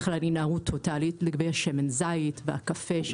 בכלל התנערות טוטאלית לגבי שמן זית והקפה,